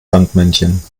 sandmännchen